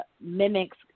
mimics